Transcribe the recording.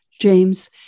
James